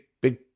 big